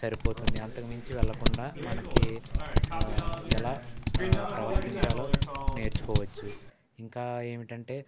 సరిపోతుంది అంతకుమించి వెళ్లకుండా మనకి ఎలా ప్రవర్తించాలో నేర్చుకోవచ్చు ఇంకా ఏమిటంటే